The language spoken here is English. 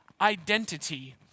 identity